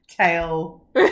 Tail